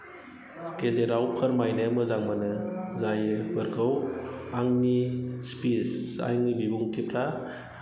गेजेराव फोरमायनो मोजां मोनो जायफोरखौ आंनि स्पिच आंनि बिबुंथिफ्रा